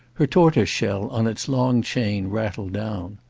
her tortoise-shell, on its long chain, rattled down.